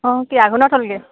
অঁ কি আঘুনত হ'লগৈ